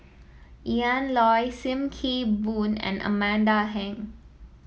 Ian Loy Sim Kee Boon and Amanda Heng